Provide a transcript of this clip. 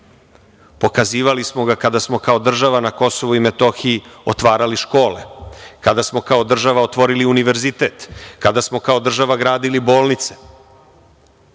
Pokazivali smo ga kada smo kao država na Kosovu i Metohiji otvarali škole, kada smo kao država otvorili univerzitet, kada smo kao država gradili bolnice,